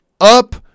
up